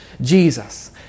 Jesus